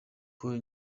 paul